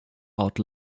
out